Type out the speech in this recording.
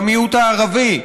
במיעוט הערבי,